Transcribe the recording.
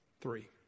three